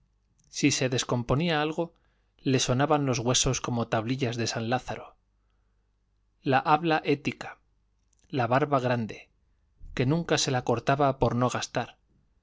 si se descomponía algo le sonaban los huesos como tablillas de san lázaro la habla ética la barba grande que nunca se la cortaba por no gastar